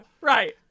Right